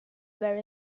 where